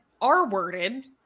R-worded